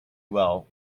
well